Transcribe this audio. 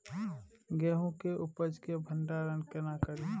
गेहूं के उपज के भंडारन केना करियै?